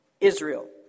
israel